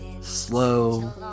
slow